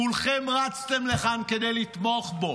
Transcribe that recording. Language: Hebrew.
כולכם רצתם לכאן כדי לתמוך בו.